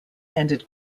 ended